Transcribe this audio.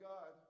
God